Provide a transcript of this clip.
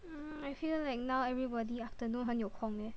mm I feel like now everybody afternoon 很有空 leh